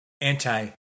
anti